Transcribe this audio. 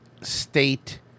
State